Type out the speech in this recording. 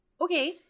Okay